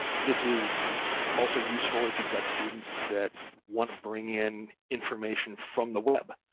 this is also useful if you've got students that want to bring in information from the web.